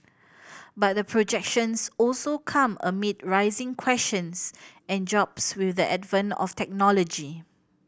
but the projections also come amid rising questions and jobs with the advent of technology